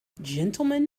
gentlemen